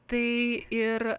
tai ir